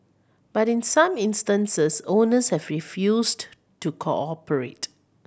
but in some instances owners have refused to cooperate